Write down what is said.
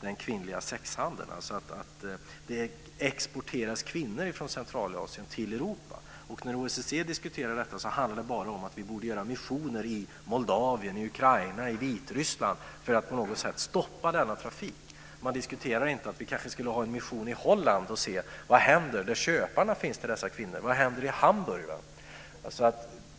den kvinnliga sexhandeln, dvs. att det exporteras kvinnor från Centralasien till Europa. När OSSE diskuterade detta handlade det bara om att vi borde göra missioner i Moldavien, Ukraina och Vitryssland för att på något sätt stoppa denna trafik. Man diskuterade inte att vi kanske ska ha en mission i Holland och se vad som händer där köparna finns till dessa kvinnor. Vad händer i Hamburg?